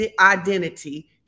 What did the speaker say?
identity